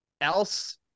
else